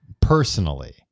Personally